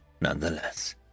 nonetheless